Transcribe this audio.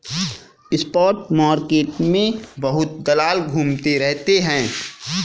spot market में बहुत दलाल घूमते रहते हैं